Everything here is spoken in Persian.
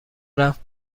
رفت